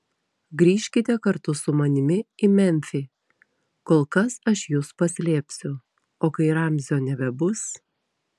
grįžkite kartu su manimi į memfį kol kas aš jus paslėpsiu o kai ramzio nebebus